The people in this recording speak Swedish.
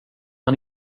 han